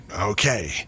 Okay